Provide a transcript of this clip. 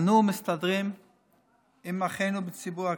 אנו מסתדרים עם אחינו בציבור הכללי,